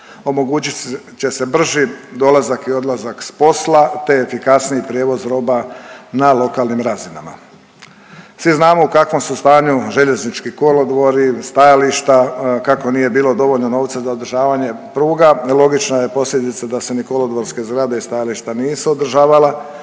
omogućit će se brži dolazak i odlazak s posla te efikasniji prijevoz roba na lokalnim razinama. Svi znamo u kakvom su stanju željeznički kolodvori, stajališta, kako nije bilo dovoljno novca za održavanje pruga, logična je posljedica da se ni kolodvorske zgrade ni stajališta nisu održavala